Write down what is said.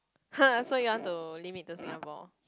!huh! so you want to limit to Singapore